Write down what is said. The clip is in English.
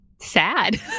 sad